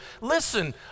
Listen